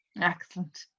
Excellent